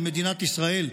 על מדינת ישראל,